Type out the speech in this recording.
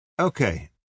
Okay